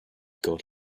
got